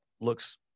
looks